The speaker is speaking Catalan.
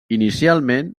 inicialment